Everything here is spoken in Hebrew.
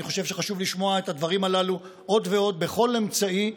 אני חושב שחשוב לשמוע את הדברים הללו עוד ועוד בכל אמצעי.